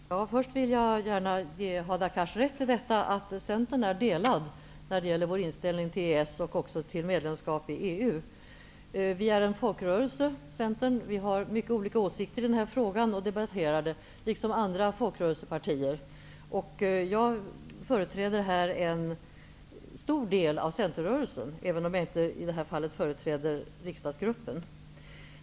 Herr talman! Först vill jag gärna ge Hadar Cars rätt i att Centern är delad i inställningen till EES och medlemskap i EU. Centern är en folkrörelse, och vi har många olika åsikter i denna fråga. Vi debatterar dem, liksom andra folkrörelsepartier gör. Jag företräder här en stor del av Centerrörelsen, även om jag inte i detta fall företräder riksdagsgruppen.